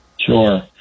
Sure